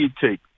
take